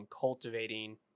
cultivating